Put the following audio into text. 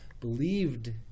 believed